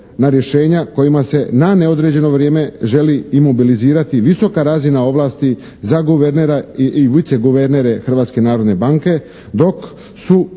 na rješenja kojima se na neodređeno vrijeme želi imobilizirati visoka razina ovlasti za guvernera i viceguvernere Hrvatske narodne banke dok su